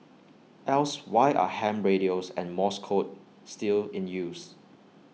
else why are ham radios and morse code still in use